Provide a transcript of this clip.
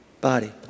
body